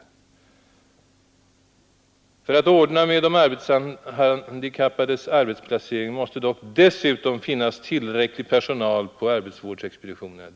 För att ordna med de arbetshandikappades arbetsplacering måste dock dessutom finnas tillräcklig personal på arbetsvårdsexpeditionerna.